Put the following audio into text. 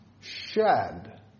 shed